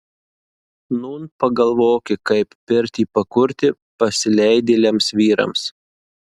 nūn pagalvoki kaip pirtį pakurti pasileidėliams vyrams